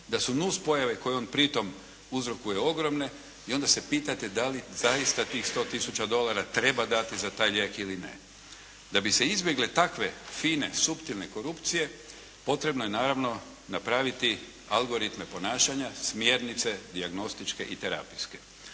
da su nuspojave kojom pritom uzrokuje ogromne, onda se pitate da li zaista tih 100 tisuća dolara treba dati za taj lijek ili ne. Da bi se izbjegle takve fine suptilne korupcije potrebno je, naravno napraviti algoritme ponašanja, smjernice, dijagnostičke i terapijske.